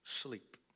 sleep